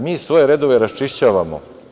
Mi svoje redove raščišćavamo.